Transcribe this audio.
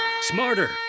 Smarter